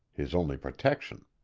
his only protection.